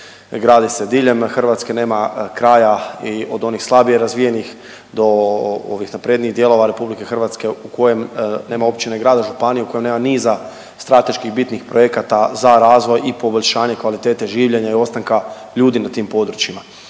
Gradi se diljem Hrvatska, nema kraja i od onih slabije razvijenih do ovih naprednijih dijelova RH u kojem, nema općine i grada i županije u kojem nema niza strateški i bitnih projekata za razvoj i poboljšanje kvalitete življenja i ostanka ljudi na tim područjima.